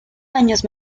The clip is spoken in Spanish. años